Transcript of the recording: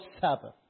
Sabbath